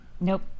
nope